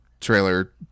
trailer